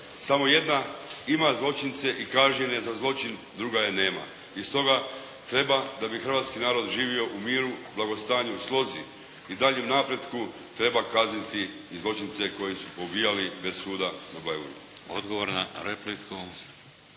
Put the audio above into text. Samo jedna ima zločince i kažnjen je za zločin, druga je nema. I stoga treba da bi hrvatski narod živio u miru, blagostanju i slozi i daljnjem napretku treba kazniti i zločince koji su poubijali ispred suda na Bleiburgu. **Šeks,